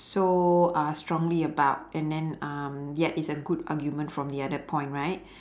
so uh strongly about and then um yet it's a good argument from the other point right